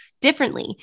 differently